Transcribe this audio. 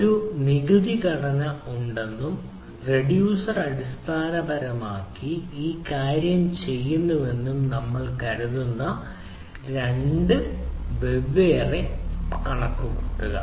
ഒരു നിഘണ്ടു ഘടനയുണ്ടെന്നും റിഡ്യൂസർ അടിസ്ഥാനപരമായി ഈ കാര്യം ചെയ്യുന്നുവെന്നും നമ്മൾ കരുതുന്ന രണ്ട് വെവ്വേറെ മൊത്തം കണക്കുകൂട്ടുക